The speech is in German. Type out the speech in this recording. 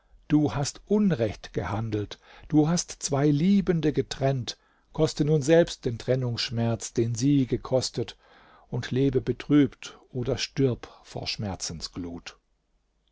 du hast unrecht gehandelt du hast zwei liebende getrennt koste nun selbst den trennungsschmerz den sie gekostet und lebe betrübt oder stirb vor schmerzensglut